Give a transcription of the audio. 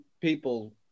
people